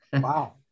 Wow